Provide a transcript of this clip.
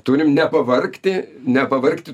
turim nepavargti nepavargti